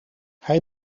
hij